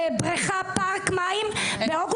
של בריכה או של פארק מים באוגוסט?